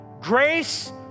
grace